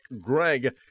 Greg